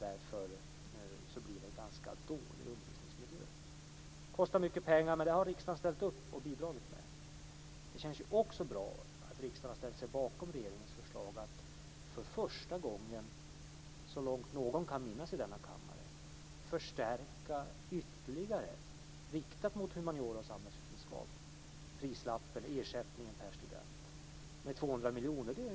Därför blir det en ganska dålig undervisningsmiljö. Det här kostar mycket pengar, men pengarna har riksdagen ställt upp och bidragit med. Det känns också bra att riksdagen har ställt sig bakom regeringens förslag att för första gången så långt som någon kan minnas i denna kammare ytterligare förstärka ersättningen per student riktat mot humaniora och samhällsvetenskap med 200 miljoner.